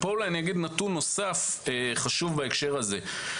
נתון חשוב נוסף בהקשר הזה: